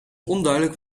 onduidelijk